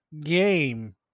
game